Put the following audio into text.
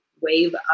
wave